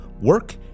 work